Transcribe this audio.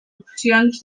opcions